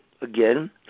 again